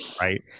right